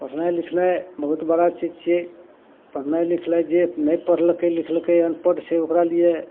पढ़नाइ लिखनाइ बहुत बड़ा चीज छिए पढ़नाइ लिखनाइ जे नहि पढ़लकै लिखलकै अनपढ़ छै ओकरा लिए